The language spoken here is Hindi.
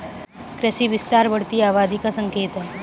कृषि विस्तार बढ़ती आबादी का संकेत हैं